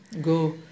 go